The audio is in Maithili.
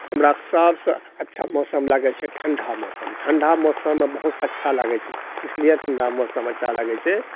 हमरा सबसँ अच्छा मौसम लागै छै ठण्डा मौसम ठण्डा मौसममे बहुत अच्छा लागै छै इसलिए ठण्डा मौसम अच्छा लागै छै